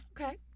Okay